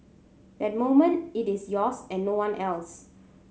that moment it is yours and no one else